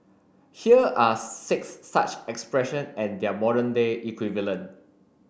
here are six such expression and their modern day equivalent